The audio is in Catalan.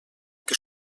que